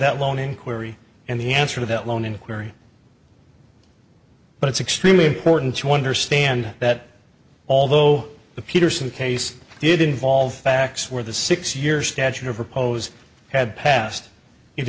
that loan inquiry and the answer to that loan inquiry but it's extremely important to understand that although the peterson case did involve facts where the six years statute of repose had passed it